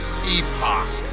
epoch